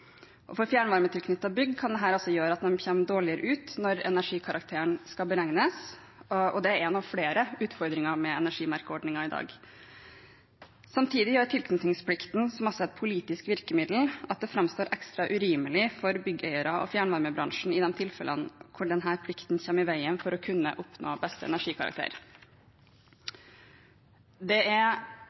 For fjernvarmetilknyttede bygg kan dette gjøre at de kommer dårligere ut når energikarakteren skal beregnes, og det er en av flere utfordringer med energimerkeordningen i dag. Samtidig gjør tilknytningsplikten, som er et politisk virkemiddel, at det framstår ekstra urimelig for byggeiere og fjernvarmebransjen i de tilfellene hvor